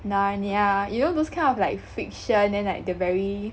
Narnia yeah you know those kind of like fiction then like the very